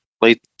Late